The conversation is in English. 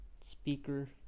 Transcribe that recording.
Speaker